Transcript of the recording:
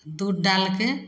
दूध डालिके